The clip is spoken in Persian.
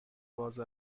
باز